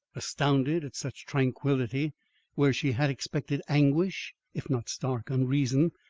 astounded at such tranquillity where she had expected anguish if not stark unreason,